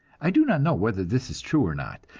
i do not know whether this is true or not.